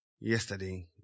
yesterday